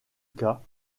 cas